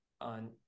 on